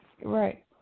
Right